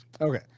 okay